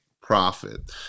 profit